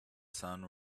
sun